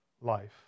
life